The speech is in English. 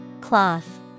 Cloth